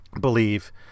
believe